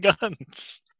guns